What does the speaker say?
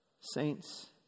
Saints